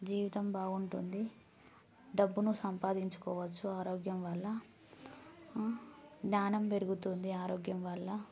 జీవితం బాగుంటుంది డబ్బును సంపాదించుకోవచ్చు ఆరోగ్యం వల్ల జ్ఞానం పెరుగుతుంది ఆరోగ్యం వల్ల